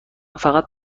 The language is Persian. فقط